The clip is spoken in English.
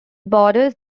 borders